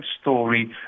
story